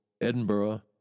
Edinburgh